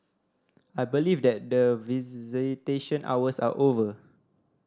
I believe that the visitation hours are over